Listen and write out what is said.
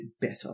better